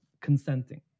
consenting